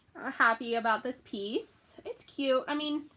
happy about this piece. it's cute. i mean